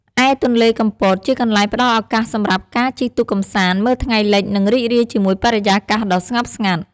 ឯទន្លេកំពត ជាកន្លែងផ្តល់ឱកាសសម្រាប់ការជិះទូកកម្សាន្ត មើលថ្ងៃលិច និងរីករាយជាមួយបរិយាកាសដ៏ស្ងប់ស្ងាត់។